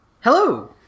Hello